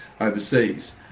overseas